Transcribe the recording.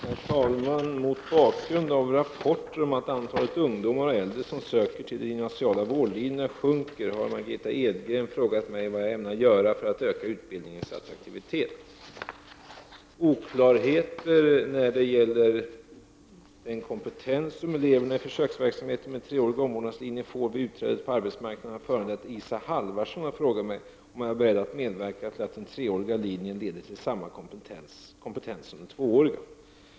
Herr talman! Mot bakgrund av rapporter om att antalet ungdomar och äldre som söker till de gymnasiala vårdlinjerna sjunker har Margitta Edgren frågat mig vad jag ämnar göra för att öka utbildningens attraktivitet. Oklarheter när det gäller den kompetens som eleverna i försöksverksamheten med treårig omvårdnadslinje får vid utträdet på arbetsmarknaden har föranlett Isa Halvarsson att fråga mig om jag är beredd att medverka till att den treåriga linjen leder till samma kompetens som den tvååriga.